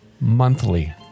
monthly